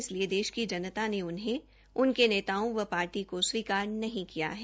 इसलिए देष की जनता ने उन्हें उनके नेताओं व पार्टी को स्वीकार नहीं किया है